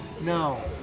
No